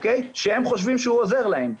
שהם חושבים שזה עוזר להם.